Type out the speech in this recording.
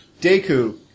Deku